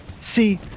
See